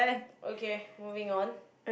okay moving on